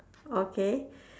okay